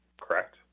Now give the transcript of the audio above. Correct